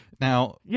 Now